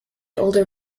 older